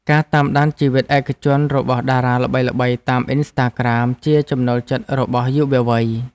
ការតាមដានជីវិតឯកជនរបស់តារាល្បីៗតាមអ៊ីនស្តាក្រាម ជាចំណូលចិត្តរបស់យុវវ័យ។